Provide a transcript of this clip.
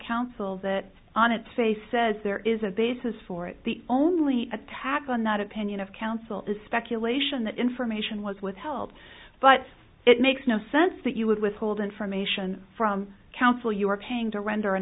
counsel that on its face says there is a basis for it the only attack on that opinion of counsel is speculation that information was withheld but it makes no sense that you would withhold information from counsel your king to render an